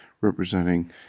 representing